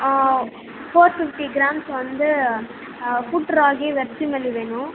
four fifty grams வந்து ragi vermicelli வேணும்